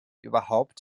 überhaupt